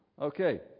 Okay